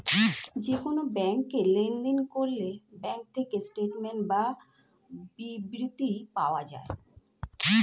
যে কোন ব্যাংকে লেনদেন করলে ব্যাঙ্ক থেকে স্টেটমেন্টস বা বিবৃতি পাওয়া যায়